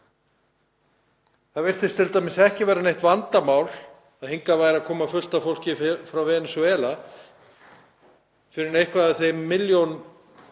Það virtist t.d. ekki vera neitt vandamál að hingað væri að koma fullt af fólki frá Venesúela fyrr en einhverjir af þeim milljón